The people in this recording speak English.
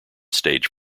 stage